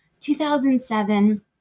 2007